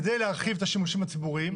כדי להרחיב את השימושים הציבוריים,